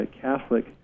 Catholic